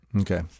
Okay